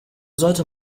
sollte